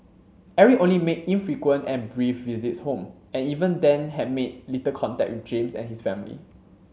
Eric only made infrequent and brief visits home and even then had made little contact with James and his family